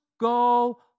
go